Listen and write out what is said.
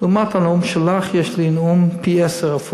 לעומת הנאום שלך יש לי נאום ארוך פי-עשרה,